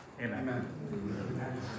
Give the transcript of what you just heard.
Amen